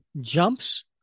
jumps